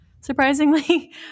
surprisingly